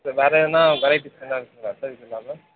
sir வேறு எதனா varieties எதனா இருக்குங்களா சார் இது இல்லாமல்